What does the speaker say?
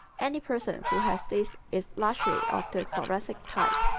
any person who has these is largely of the thoracic type,